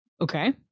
Okay